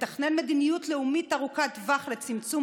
תתכנן מדיניות לאומית ארוכת טווח לצמצום,